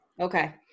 Okay